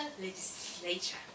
legislature